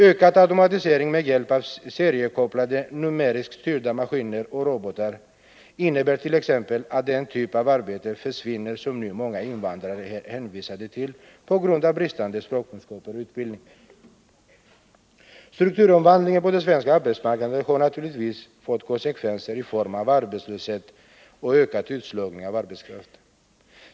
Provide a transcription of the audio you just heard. Ökad automatisering med hjälp av seriekopplade numeriskt styrda maskiner och robotar innebär t.ex. att den typ av arbeten försvinner som många invandrare nu är hänvisade till på grund av brist på språkkunskaper och utbildning. Strukturomvandlingen på den svenska arbetsmarknaden har naturligtvis fått konsekvenser i form av arbetslöshet och ökad utslagning av arbetskraft.